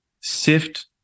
sift